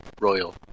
Royal